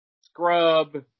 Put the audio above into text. Scrub